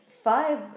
five